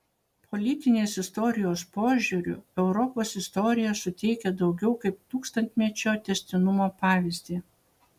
politinės istorijos požiūriu europos istorija suteikia daugiau kaip tūkstantmečio tęstinumo pavyzdį